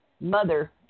mother